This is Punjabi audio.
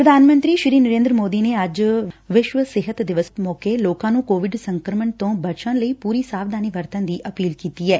ਪ੍ਰਧਾਨ ਮੰਤਰੀ ਨਰੇਦਰ ਮੋਦੀ ਨੇ ਅੱਜ ਵਿਸ਼ਵ ਸਿਹਤ ਦਿਵਸ ਮੌਕੇ ਲੋਕਾ ਨੂੰ ਕੋਵਿਡ ਸ੍ਰਕੰਮਣ ਤੋ ਬਚਣ ਲਈ ਪੂਰੀ ਸਾਵਧਾਨੀ ਵਰਤਣ ਦੀ ਅਪੀਲ ਕੀਤੀ ਐ